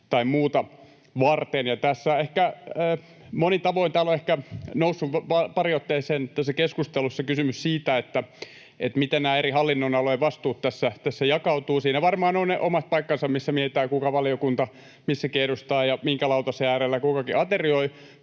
täällä ehkä monin tavoin on noussut pariin otteeseen kysymys siitä, miten nämä eri hallinnonalojen vastuut tässä jakautuvat. Siinä varmaan on omat paikkansa, missä mietitään, mikä valiokunta missäkin edustaa ja minkä lautasen äärellä kukakin aterioi,